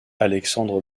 alexandre